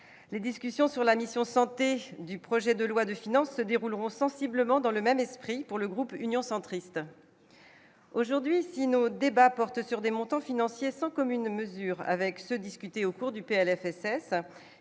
les discussions sur la mission santé du projet de loi de finances se dérouleront sensiblement dans le même esprit, pour le groupe Union centriste aujourd'hui si nos débats portent sur des montants financiers sans commune mesure avec ce discutés au cours du PLFSS